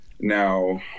Now